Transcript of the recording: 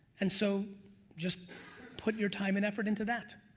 and so just put your time and effort into that.